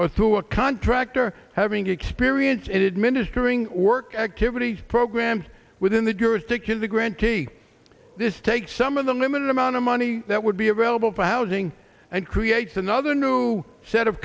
or through a contractor having experience in administering work activities programs within the jurisdiction of the grantee this takes some of the limited amount of money that would be available for housing and creates another new set of